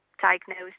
diagnosed